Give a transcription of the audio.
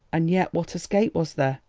and yet what escape was there?